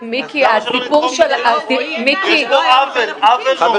יש פה עוול, עוול נורא.